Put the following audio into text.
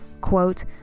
quote